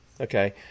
Okay